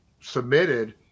submitted